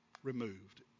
Removed